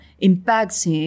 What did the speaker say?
impacts